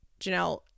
Janelle